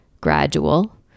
gradual